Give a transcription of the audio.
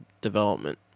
development